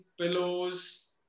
pillows